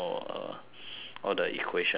all the equations